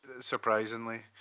surprisingly